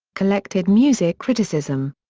collected music criticism.